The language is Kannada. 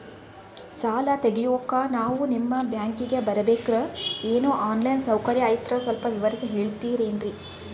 ಸಾಲ ತೆಗಿಯೋಕಾ ನಾವು ನಿಮ್ಮ ಬ್ಯಾಂಕಿಗೆ ಬರಬೇಕ್ರ ಏನು ಆನ್ ಲೈನ್ ಸೌಕರ್ಯ ಐತ್ರ ಸ್ವಲ್ಪ ವಿವರಿಸಿ ಹೇಳ್ತಿರೆನ್ರಿ?